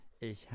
Ich